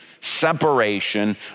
separation